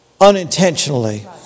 unintentionally